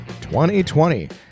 2020